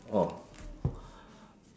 orh